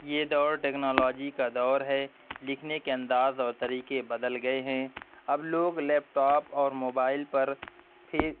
یہ دور ٹکنالوجی کا دور ہے لکھنے کے انداز اور طریقے بدل گئے ہیں اب لوگ لیپ ٹاپ اور موبائل پر پھر